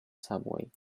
subway